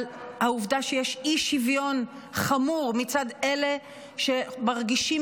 על העובדה שיש אי-שוויון חמור מצד אלה שמרגישים